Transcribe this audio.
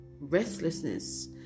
restlessness